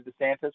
DeSantis